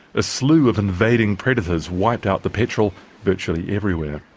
a slew of invading predators wiped out the petrel virtually everywhere.